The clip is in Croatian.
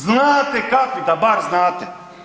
Znate kakvi, da bar znate.